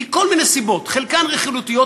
מכל מיני סיבות, חלקן רכילותיות